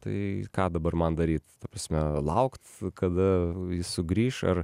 tai ką dabar man daryt ta prasme laukt kada sugrįš ar